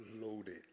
loaded